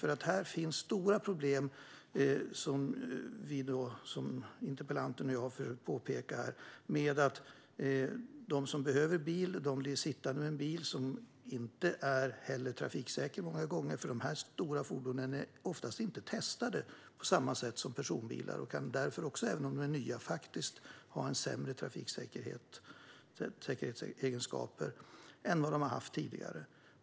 Här finns nämligen stora problem, som interpellanten och jag har försökt påpeka, med att de som behöver bil blir sittande med en bil som många gånger inte är trafiksäker. Dessa stora fordon är oftast inte testade på samma sätt som personbilar och kan, även om de är nya, faktiskt ha sämre trafiksäkerhetsegenskaper än vad de har haft tidigare.